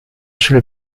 sulle